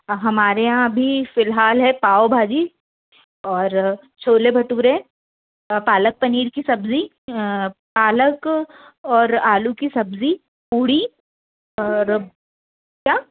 हमारे यहाँ अभी फिलहाल है पाव भाजी और छोले भटूरे पालक पनीर की सब्ज़ी पालक और आलू की सब्ज़ी पूरी और क्या